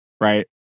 Right